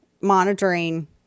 monitoring